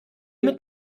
mit